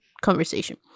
conversation